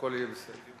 הכול יהיה בסדר.